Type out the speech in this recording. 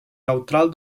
neutral